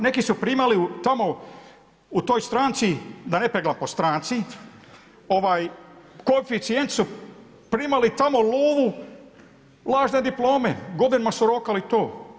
Neki su primali tamo, u toj stranci, da ne … po stranci, koeficijent su primali tamo lovu lažne diplome, godinama su rokali to.